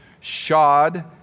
shod